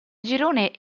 girone